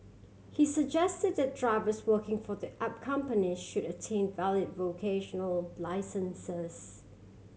he suggested that drivers working for the app company should attain valid vocational licences